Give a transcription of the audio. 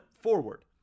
forward